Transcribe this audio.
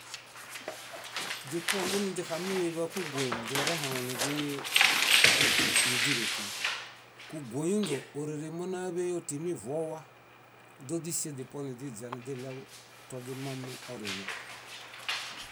Źipuo ónźiniźixaniźiḃakugoyum źorehaŋuniźii eźia níźilotu. Kúgoyunźe órere mínaḃeyo timi vuowa. Źóźisie źipuo niźiźianiźiɭew toźimami oriŋo.